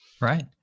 Right